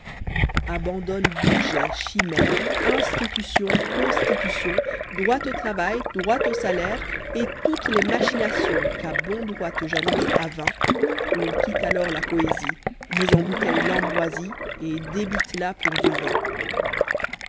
abandonne budget chimère institutions constitutions droit au travail droit au salaire et toutes les machinations qu'à bon droit te jalouse haviii ou quitte alors la poésie mets en bouteille l'ambroisie et débite la pour du vin